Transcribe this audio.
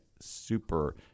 super